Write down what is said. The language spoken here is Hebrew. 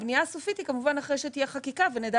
הבנייה הסופית היא כמובן אחרי שתהיה חקיקה ונדע